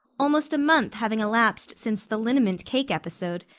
almost a month having elapsed since the liniment cake episode,